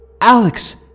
Alex